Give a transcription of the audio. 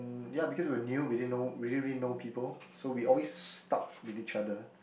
ya because we were new we didn't know we didn't really know people so we always stuck with each other